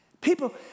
people